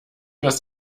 was